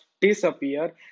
disappear